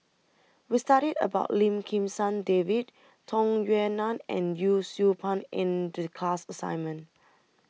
We studied about Lim Kim San David Tung Yue Nang and Yee Siew Pun in class assignment